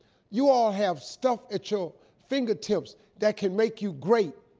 you all have stuff at your fingertips that can make you great,